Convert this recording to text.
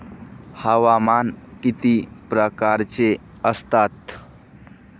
हवामान किती प्रकारचे असतात?